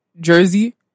jersey